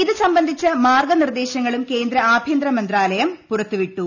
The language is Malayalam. ഇത് സംബന്ധിച്ച മാർഗ്ഗ് നിർദ്ദേശങ്ങളും കേന്ദ്ര ആഭ്യന്തരമന്ത്രാലയം പുറത്തുവിട്ടു